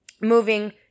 moving